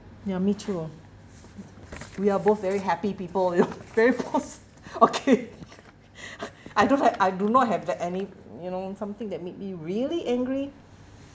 ya me too oh we are both very happy people you know very pos~ okay I don't have I do not have the any you know something that made me really angry